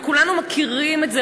וכולנו מכירים את זה.